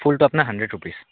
ফুলটো আপোনাৰ hundred rupees